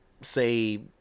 say